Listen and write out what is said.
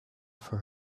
for